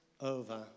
over